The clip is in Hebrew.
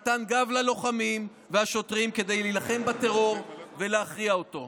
ומתן גב ללוחמים והשוטרים כדי להילחם בטרור ולהכריע אותו".